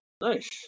nice